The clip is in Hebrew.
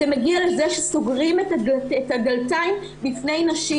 זה מגיע לזה שסוגרים את הדלתות בפני נשים.